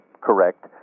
correct